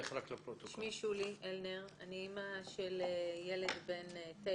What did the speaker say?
שמי שולי אלנר, אני אימא של ילד בן 9